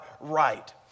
right